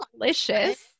delicious